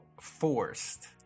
forced